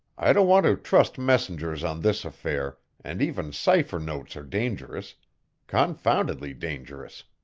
i don't want to trust messengers on this affair, and even cipher notes are dangerous confoundedly dangerous.